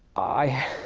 i